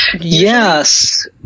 Yes